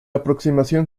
aproximación